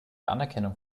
anerkennung